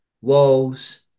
Walls